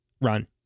run